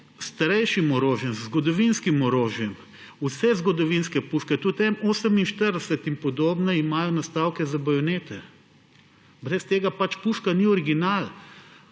starejšim orožjem, z zgodovinskim orožjem. Vse zgodovinske puške, tudi M48 in podobne, imajo nastavke za bajonete. Brez tega puška ni original.